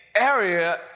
area